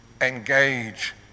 engage